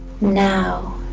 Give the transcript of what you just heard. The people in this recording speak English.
Now